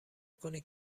کنید